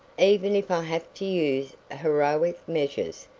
even if i have to use heroic measures,